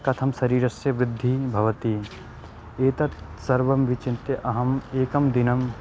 कथं शरीरस्य वृद्धिः भवति एतत् सर्वं विचिन्त्य अहम् एकं दिनम्